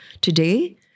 Today